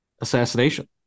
assassination